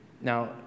Now